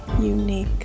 unique